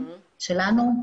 שלנו.